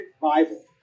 Bible